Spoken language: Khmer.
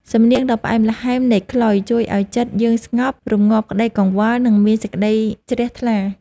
សំនៀងដ៏ផ្អែមល្ហែមនៃខ្លុយ ជួយឱ្យចិត្តយើងស្ងប់ រម្ងាប់ក្ដីកង្វល់ និងមានសេចក្ដីជ្រះថ្លា។